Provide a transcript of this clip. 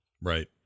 Right